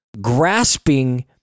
grasping